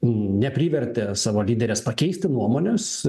neprivertė savo lyderės pakeisti nuomonės